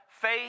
faith